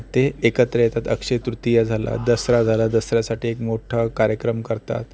ते एकत्र येतात अक्षयतृतीया झाला दसरा झाला दसऱ्यासाठी एक मोठा कार्यक्रम करतात